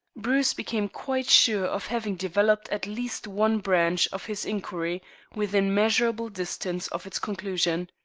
bruce became quite sure of having developed at least one branch of his inquiry within measurable distance of its conclusion.